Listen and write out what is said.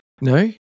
No